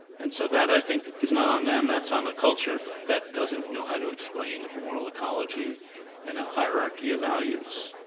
and so that i think is not on them, that's on a culture that doesn't know how to explain a moral ecology and a hierarchy of values,